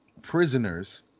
prisoners